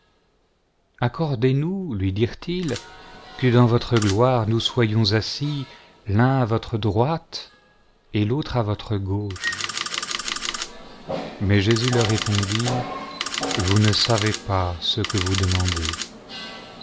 nous lui dirent-ils que dans votre gloire nous sovons assis lun à votre droite et l'autre à votre gauche mais jésus leur répondit vous ne savez ce que vous demandez